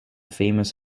famous